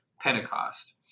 Pentecost